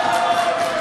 לעבודות